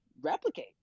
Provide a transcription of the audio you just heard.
replicate